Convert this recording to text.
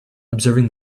observing